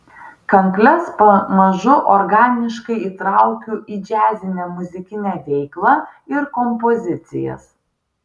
kankles pamažu organiškai įtraukiu į džiazinę muzikinę veiklą ir kompozicijas